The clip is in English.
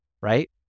right